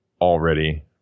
already